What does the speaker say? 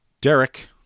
Derek